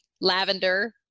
Lavender